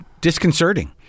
disconcerting